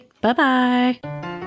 Bye-bye